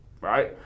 right